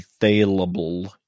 available